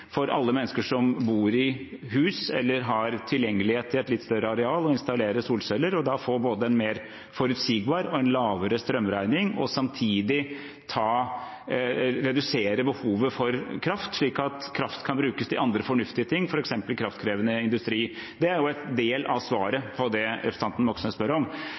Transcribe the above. for alle mennesker som bor i hus eller som har tilgang til et litt større areal, å installere solceller og da få en både mer forutsigbar og lavere strømregning. Samtidig vil det redusere behovet for kraft, slik at kraft kan brukes til andre fornuftige ting, f.eks. kraftkrevende industri. Det er en del av svaret på det representanten Moxnes spør om.